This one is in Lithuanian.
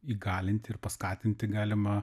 įgalinti ir paskatinti galima